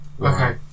okay